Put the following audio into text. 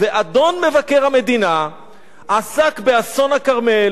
אדון מבקר המדינה עסק באסון הכרמל,